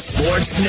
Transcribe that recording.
Sports